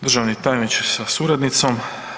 Državni tajniče sa suradnicom.